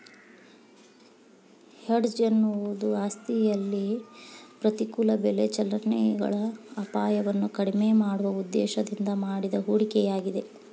hedge ಎನ್ನುವುದು ಆಸ್ತಿಯಲ್ಲಿ ಪ್ರತಿಕೂಲ ಬೆಲೆ ಚಲನೆಗಳ ಅಪಾಯವನ್ನು ಕಡಿಮೆ ಮಾಡುವ ಉದ್ದೇಶದಿಂದ ಮಾಡಿದ ಹೂಡಿಕೆಯಾಗಿದೆ